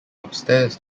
upstairs